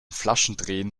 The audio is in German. flaschendrehen